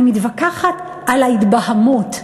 אני מתווכחת על ההתבהמות,